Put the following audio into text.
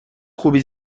خوبی